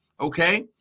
okay